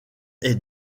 est